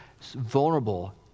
vulnerable